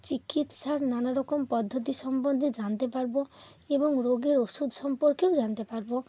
চিকিৎসার নানা রকম পদ্ধতি সম্বন্ধে জানতে পারবো এবং রোগের ওষুধ সম্পর্কেও জানতে পারবো